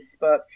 Facebook